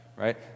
right